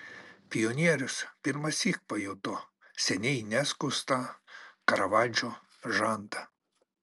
pionierius pirmąsyk pajuto seniai neskustą karavadžo žandą